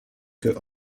que